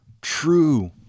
true